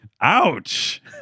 Ouch